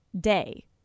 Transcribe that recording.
day